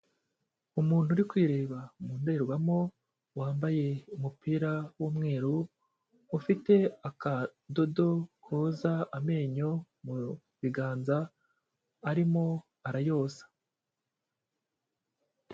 Umuntu uri kwireba mu ndorerwamo, wambaye umupira w'umweru, ufite akadodo koza amenyo mu biganza arimo arayosa.